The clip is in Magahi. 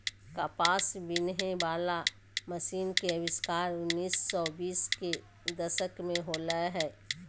कपास बिनहे वला मशीन के आविष्कार उन्नीस सौ बीस के दशक में होलय हल